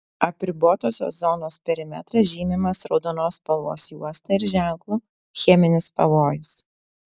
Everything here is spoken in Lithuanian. apribotosios zonos perimetras žymimas raudonos spalvos juosta ir ženklu cheminis pavojus